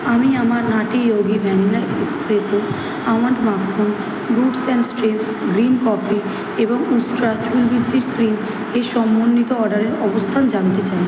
আমি আমার nutty Yogi vanilla espresso almond মাখন roots and streams green coffee এবং উস্ত্রা চুল বৃদ্ধির ক্রিম এর সমন্বিত অর্ডারের অবস্থান জানতে চাই